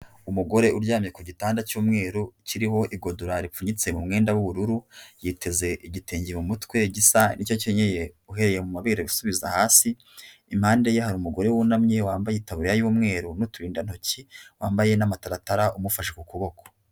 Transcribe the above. Umugore uryamye ku gitanda cy'umweru kiriho igodora ripfunyitse mu mwenda w'ubururu yiteze igitenge mutwe gisa n'icyo akinyeye uhereye mu mabere asubiza hasi, impande hari umugore wunamye wambaye itaburiya y'umweru n'uturindantoki wambaye n'amataratara amufashe ku kuboko.